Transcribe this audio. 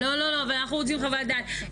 לא, אנחנו רוצים חוות דעת.